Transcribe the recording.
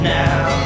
now